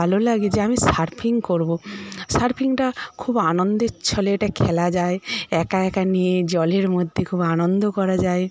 খুব ভালো লাগে যে আমি সার্ফিং করব সার্ফিংটা খুব আনন্দের ছলে এটা খেলা যায় একা একা নিয়ে জলের মধ্যে খুব আনন্দ করা যায়